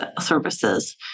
services